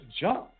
jump